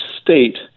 state